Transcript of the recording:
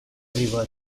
river